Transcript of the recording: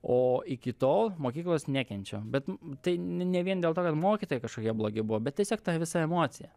o iki tol mokyklos nekenčiau bet tai n ne vien dėl to kad mokytojai kažkokie blogi buvo bet tiesiog ta visa emocija